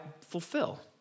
fulfill